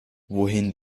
wohin